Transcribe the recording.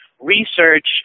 research